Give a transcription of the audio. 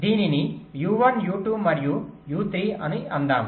దీనిని u1 u2 మరియు u3 అని అందాము